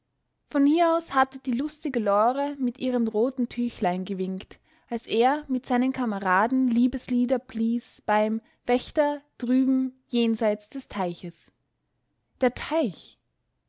von hier aus hatte die lustige lore mit ihrem roten tüchlein gewinkt als er mit seinen kameraden liebeslieder blies beim wächter drüben jenseits des teiches der teich